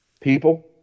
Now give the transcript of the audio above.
people